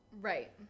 Right